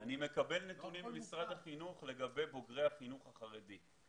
אני מקבל נתונים ממשרד החינוך לגבי בוגרי החינוך החרדי.